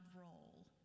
role